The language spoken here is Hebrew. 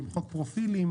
למחוק פרופילים